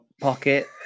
pocket